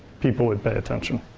people would pay attention.